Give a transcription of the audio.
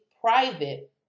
private